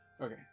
Okay